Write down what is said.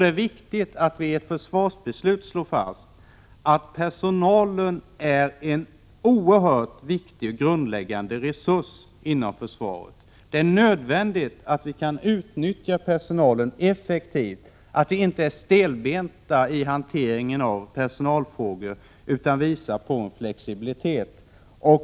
Det är viktigt att vi vid ett försvarsbeslut slår fast att personalen är en oerhört viktig och grundläggande resurs inom försvaret. Det är nödvändigt att vi kan utnyttja personalen effektivt, att vi inte är stelbenta vid hanteringen av personalfrågor, utan visar flexibilitet.